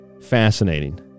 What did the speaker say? fascinating